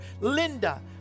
Linda